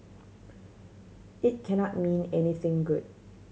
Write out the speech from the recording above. it cannot mean anything good